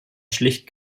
schlicht